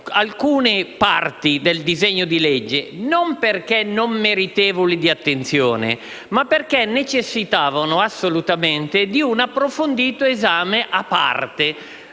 alcuni parti del provvedimento, non perché non meritevoli di attenzione, ma in quanto necessitavano assolutamente di un approfondito esame a parte.